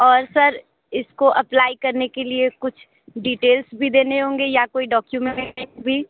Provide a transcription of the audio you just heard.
और सर इसको अप्लाई करने के लिए कुछ डीटेल्स भी देने होंगे या कोई डॉक्यूमेंट भी